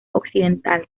occidental